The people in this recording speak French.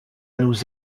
nous